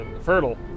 fertile